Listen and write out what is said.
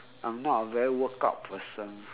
I'm not a very workout person